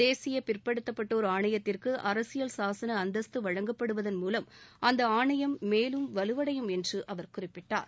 தேசிய பிற்படுத்தப்பட்டோர் ஆணையத்திற்கு அரசியல் சாசன அந்தஸ்து வழங்கப்படுவதன் மூலம் அந்த ஆணையம் மேலும் வலுவடையும் என்று அவர் குறிப்பிட்டார்